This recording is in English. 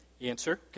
answer